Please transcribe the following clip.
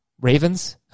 Ravens